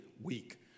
Week